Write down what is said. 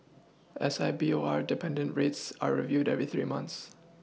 S I B O R dependent rates are reviewed every three months